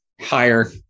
higher